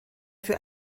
für